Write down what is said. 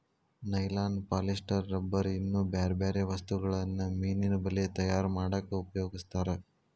nylon polyester rubber ಇನ್ನೂ ಬ್ಯಾರ್ಬ್ಯಾರೇ ವಸ್ತುಗಳನ್ನ ಮೇನಿನ ಬಲೇ ತಯಾರ್ ಮಾಡಕ್ ಉಪಯೋಗಸ್ತಾರ